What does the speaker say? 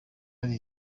hari